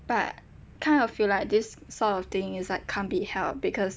but kind of feel like this sort of thing is like can't be helped because